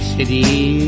City